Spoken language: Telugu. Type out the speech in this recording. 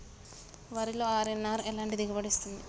వరిలో అర్.ఎన్.ఆర్ ఎలాంటి దిగుబడి ఇస్తుంది?